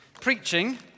Preaching